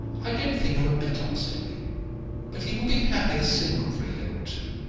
i don't think him a bit unsteady but he will be happier single for a year or two.